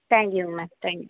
thank you ma'am thank you